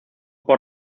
por